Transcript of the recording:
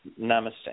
Namaste